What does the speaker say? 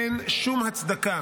אין שום הצדקה